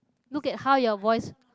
look at how your voice